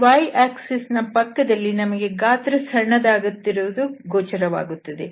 ಈ y ಅಕ್ಷರೇಖೆ ಯ ಪಕ್ಕದಲ್ಲಿ ನಮಗೆ ಗಾತ್ರವು ಸಣ್ಣದಾಗುತ್ತಿರುವುದು ಗೋಚರವಾಗುತ್ತದೆ